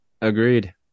agreed